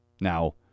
Now